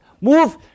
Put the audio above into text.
Move